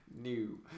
New